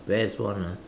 best one ah